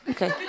Okay